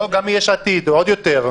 גם מיש עתיד, עוד יותר.